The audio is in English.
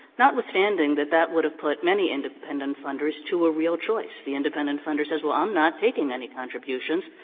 notwithstanding that that would have put many independent funders to a real choice. the independent funder says, well, i'm not taking any contributions,